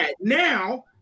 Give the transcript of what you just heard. Now